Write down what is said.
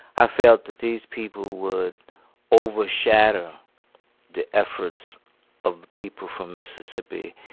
i felt that these people would overshadow the efforts of the people from mississippi,